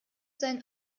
seinen